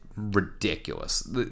ridiculous